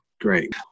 great